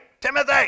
Timothy